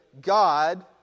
God